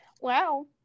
Wow